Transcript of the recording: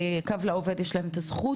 ל"קו לעובד" יש את הזכות,